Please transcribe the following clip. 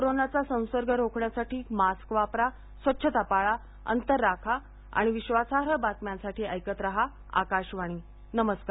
कोरोनाचा संसर्ग रोखण्यासाठी मास्क वापरा स्वच्छता पाळा अंतर राखा आणि विश्वासार्ह बातम्यांसाठी ऐकत रहा आकाशवाणी नमस्कार